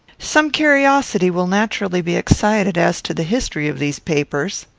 some curiosity will naturally be excited, as to the history of these papers.